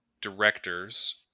directors